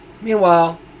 Meanwhile